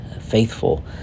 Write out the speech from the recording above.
faithful